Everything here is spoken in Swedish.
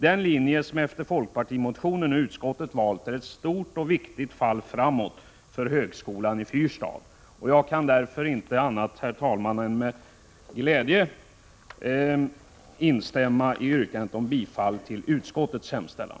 Den linje som utskottet efter folkpartimotionen nu valt är ett stort och viktigt fall framåt för högskolan i Fyrstad. Jag kan därför, herr talman, inte annat än med glädje instämma i yrkandet om bifall till utskottets hemställan.